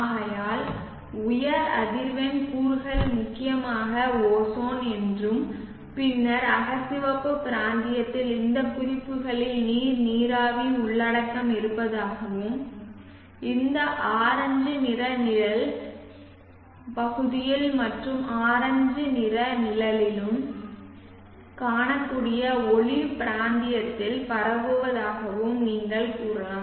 ஆகையால் உயர் அதிர்வெண் கூறுகள் முக்கியமாக ஓசோன் என்றும் பின்னர் அகச்சிவப்பு பிராந்தியத்தில் இந்த குறிப்புகளில் நீர் நீராவி உள்ளடக்கம் இருப்பதாகவும் இந்த ஆரஞ்சு நிற நிழல் பகுதியில் மற்றும் ஆரஞ்சு நிற நிழலிலும் காணக்கூடிய ஒளி பிராந்தியத்தில் பரவுவதாகவும் நீங்கள் கூறலாம்